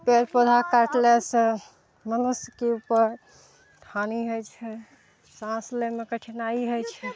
पेड़ पौधा काटलासँ मनुष्यके उपर हानि होइ छै साँस लैमे कठिनाइ होइ छै